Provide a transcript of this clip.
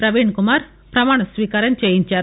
ప్రవీన్కుమార్ ప్రమాణస్వీకారం చేయించారు